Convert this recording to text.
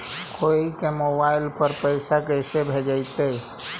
कोई के मोबाईल पर पैसा कैसे भेजइतै?